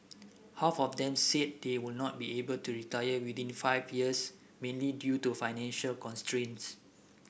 half of them said they would not be able to retire within five years mainly due to financial constraints